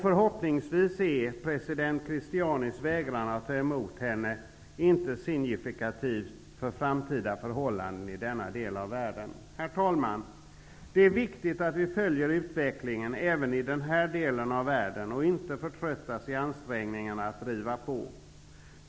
Förhoppningsvis är president Cristianis vägran att ta emot henne inte signifikativt för framtida förhållanden i denna del av världen. Herr talman! Det är viktigt att vi följer utvecklingen även i denna del av världen och inte förtröttas i ansträngningarna att driva på.